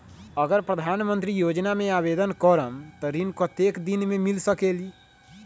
अगर प्रधानमंत्री योजना में आवेदन करम त ऋण कतेक दिन मे मिल सकेली?